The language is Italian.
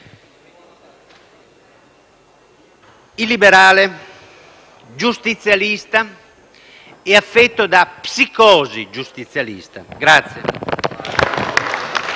illiberale, giustizialista e affetto da psicosi giustizialista.